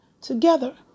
together